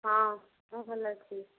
ହଁ ମୁଁ ଭଲ ଅଛି